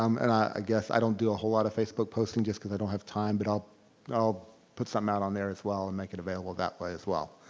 um and i guess i don't do a whole lot of facebook posting just because i don't have time but i'll i'll put something out on there as well and make it available that way as well.